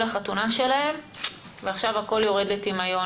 החתונה שלהם ועכשיו הכול יורד לטמיון.